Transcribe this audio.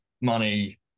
money